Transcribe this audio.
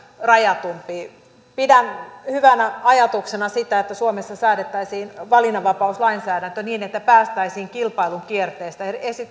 rajatumpi pidän hyvänä ajatuksena sitä että suomessa säädettäisiin valinnanvapauslainsäädäntö niin että päästäisiin kilpailun kierteestä